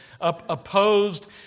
opposed